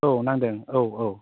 औ नांदों औ औ